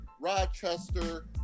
Rochester